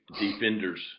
defenders